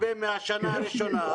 אתה מציע שישלמו להם הרבה מהשנה הראשונה,